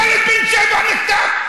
ילד בן שבע נחטף,